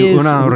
una